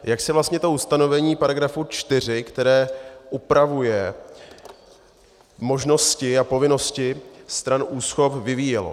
Jak se vlastně to ustanovení § 4, které upravuje možnosti a povinnosti stran úschov, vyvíjelo.